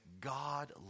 God